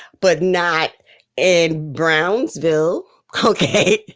but not in brownsville ok?